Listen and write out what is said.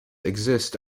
exist